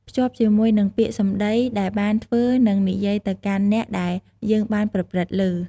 ភ្ជាប់ជាមួយនឹងពាក្យសម្ដីដែលបានធ្វើនិងនិយាយទៅកាន់អ្នកដែលយើងបានប្រព្រឹត្តលើ។